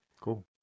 Cool